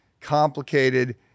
complicated